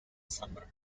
summer